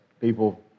people